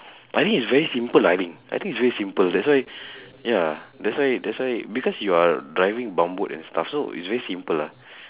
I think is very simple lah I think I think is very simple that's why ya that's why that's why because you're driving bump boat and stuff so it's very simple ah